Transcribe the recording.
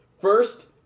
First